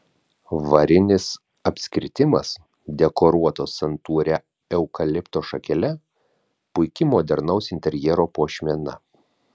varinis apskritimas dekoruotas santūria eukalipto šakele puiki modernaus interjero puošmena